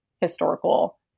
historical